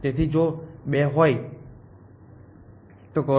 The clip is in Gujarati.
તેથી જો ૨ હોય તો કરો